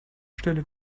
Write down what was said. stelle